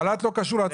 חל"ת לא קשור לעצמאים.